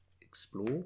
Explore